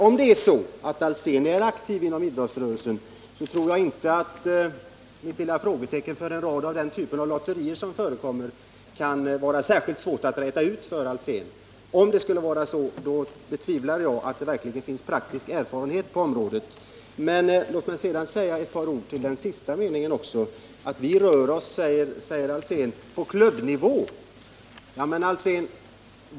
Om Hans Alsén vidare är aktiv inom idrottsrörelsen, tror jag inte att det kan vara särskilt svårt för Hans Alsén att komma underfund med vad jag menade när jag talade om den flora av lotterier som förekommer. Om det skulle vara så, betvivlar jag att han har praktisk erfarenhet på området. Låt mig sedan säga några ord också med anledning av det som Hans Alsén framhöll om att vi rör oss på klubbnivå.